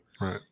Right